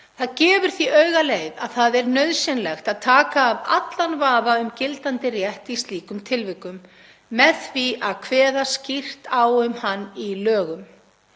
Það gefur því augaleið að það er nauðsynlegt að taka af allan vafa um gildandi rétt í slíkum tilvikum með því að kveða skýrt á um hann í lögum